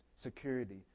security